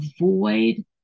avoid